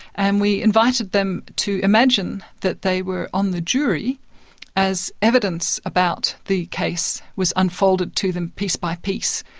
and we invited them to imagine that they were on the jury as evidence about the case was unfolded to them piece by piece.